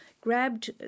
grabbed